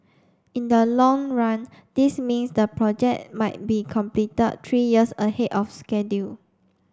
in the long run this means the project might be completed three years ahead of schedule